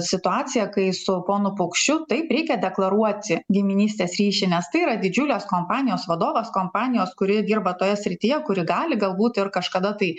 situacija kai su ponu paukščiu taip reikia deklaruoti giminystės ryšį nes tai yra didžiulės kompanijos vadovas kompanijos kuri dirba toje srityje kuri gali galbūt ir kažkada tai